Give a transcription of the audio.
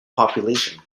population